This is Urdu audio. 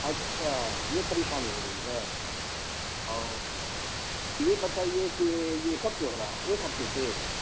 اچھا یہ پریشانی ہو رہی ہے اور یہ بتائیے کہ یہ کب سے ہو رہا ہے ایک ہفتے سے